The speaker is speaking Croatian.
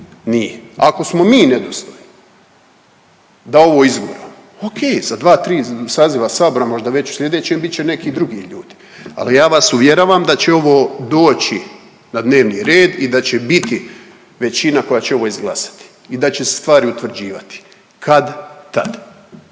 nije. Ako smo mi nedostojni da ovo izguramo, okej, sa 2-3 saziva sabora možda već u slijedećem bit će neki drugi ljudi, ali ja vas uvjeravam da će ovo doći na dnevni red i da će biti većina koja će ovo izglasati i da će se stvari utvrđivati kad-tad